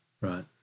Right